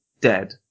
dead